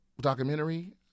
documentary